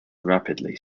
rapidly